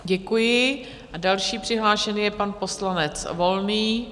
Děkuji, a další přihlášený je pan poslanec Volný.